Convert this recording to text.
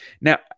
Now